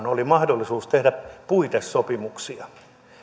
oli mahdollisuus tehdä puitesopimuksia